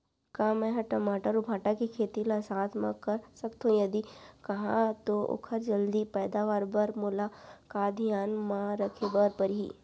का मै ह टमाटर अऊ भांटा के खेती ला साथ मा कर सकथो, यदि कहाँ तो ओखर जलदी पैदावार बर मोला का का धियान मा रखे बर परही?